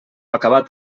acabat